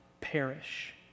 perish